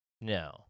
No